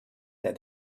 that